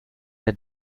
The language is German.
der